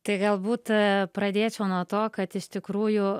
tai galbūt pradėčiau nuo to kad iš tikrųjų